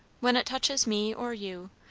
when it touches me or you,